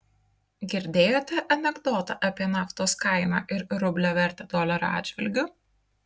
girdėjote anekdotą apie naftos kainą ir rublio vertę dolerio atžvilgiu